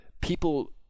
people